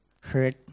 hurt